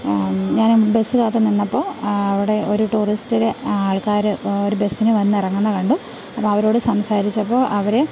ഞാൻ ബസ് കാത്തു നിന്നപ്പോൾ അവിടെ ഒരു ടൂറിസ്റ്റിൽ ആള്ക്കാർ ഒരു ബസ്സിന് വന്നു ഇറങ്ങുന്നത് കണ്ടു അപ്പോൾ അവരോട് സംസാരിച്ചപ്പോൾ അവർ